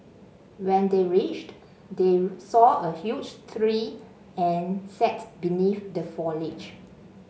when they reached they saw a huge tree and sat beneath the foliage